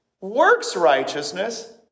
works-righteousness